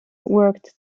worked